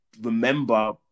remember